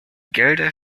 gelder